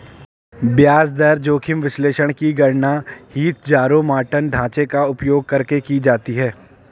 ब्याज दर जोखिम विश्लेषण की गणना हीथजारोमॉर्टन ढांचे का उपयोग करके की जाती है